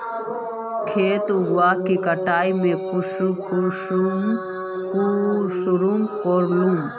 खेत उगोहो के कटाई में कुंसम करे लेमु?